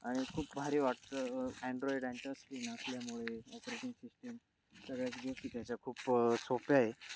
आणि खूप भारी वाटतं अँड्रॉईड स्क्रीन असल्यामुळे ऑपरेटिंग सिस्टीम सगळ्या खूप सोप्या आहे